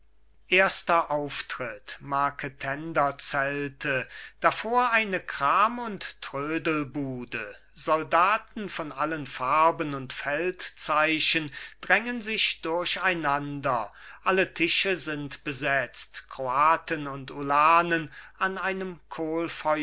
erster auftritt marketenderzelte davor eine kram und trödelbude soldaten von allen farben und feldzeichen drängen sich durcheinander alle tische sind besetzt kroaten und ulanen an einem